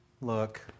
look